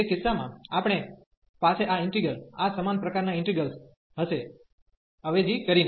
તે કિસ્સામાં આપણે પાસે આ ઈન્ટિગ્રલ આ સમાન પ્રકારનાં ઈન્ટિગ્રલ હશે અવેજી કરીને